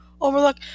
Overlook